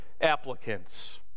applicants